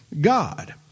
God